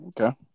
Okay